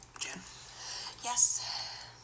Yes